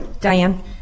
Diane